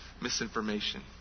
Misinformation